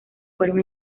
fueron